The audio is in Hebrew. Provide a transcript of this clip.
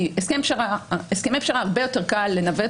כי הסכמי פשרה הרבה יותר קל לנווט